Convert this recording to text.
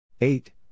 eight